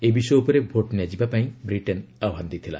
ଏହି ବିଷୟ ଉପରେ ଭୋଟ ନିଆଯିବା ପାଇଁ ବ୍ରିଟେନ୍ ଆହ୍ୱାନ ଦେଇଥିଲା